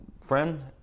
friend